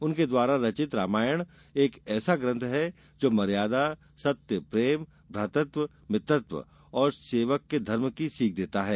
उनके द्वारा रचित रामायण एक ऐसा ग्रंथ है जो मर्यादा सत्य प्रेम भ्रातत्व मित्रत्व एवं सेवक के धर्म की सीख देता है